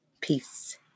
Peace